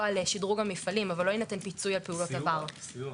אני מנכ"ל קבוצת- -- וגם יושב-ראש פורום היצרנים.